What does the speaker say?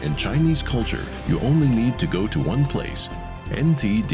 in chinese culture you only need to go to one place and